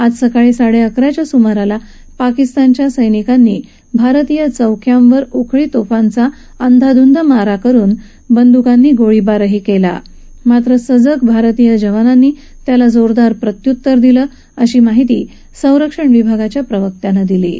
आज सकाळी साडे अकराच्या सुमाराला पाकिस्तानच्या सैनिकांनी भारतीय चौक्यांवर उखळी तोफांचा अंदाधुंद मारा करून बंदुकांनी गोळीबारही केला मात्र सजग भारतीय जवानांनी त्यांना जोरदार प्रत्युत्तर दिलं अशी माहिती संरक्षण विभागाच्या प्रवक्त्यानं दिली आहे